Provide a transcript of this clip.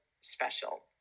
special